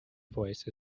voice